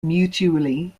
mutually